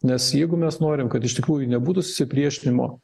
nes jeigu mes norim kad iš tikrųjų nebūtų susipriešinimo